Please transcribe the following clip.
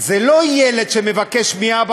זה לא ילד שמבקש מאבא,